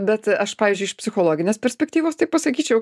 bet aš pavyzdžiui iš psichologinės perspektyvos tai pasakyčiau